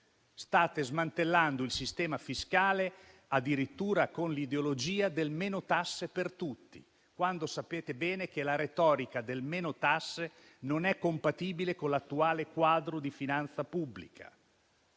State smantellando il sistema fiscale addirittura con l'ideologia del "meno tasse per tutti", quando sapete bene che tale retorica non è compatibile con l'attuale quadro di finanza pubblica.